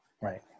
Right